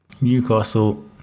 Newcastle